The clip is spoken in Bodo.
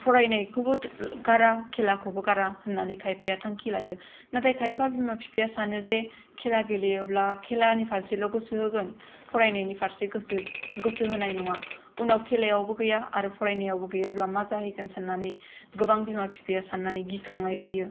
फरायनायखौबो गारा खेलाखौबो गारा होननानै खायफाया थांखि लायो नाथाय खायफा बिमा बिफाया सानो जे खेला गेलेयोब्ला खेलानि फारसेल' गोसो होगोन फरायनायनि फारसे गोसो होनाय नङा उनाव खेलायावबो गैया आरो फरायनायावबो गैयाब्ला मा जाहैगोन साननानै गोबां बिमा बिफाया साननानै गिखांनाय फैयो